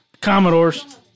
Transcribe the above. Commodores